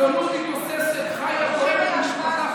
הציונות היא תוססת, חיה, בועטת ומתפתחת.